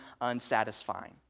unsatisfying